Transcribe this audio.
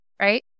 right